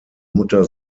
mutter